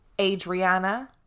Adriana